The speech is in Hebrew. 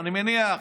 אני מניח,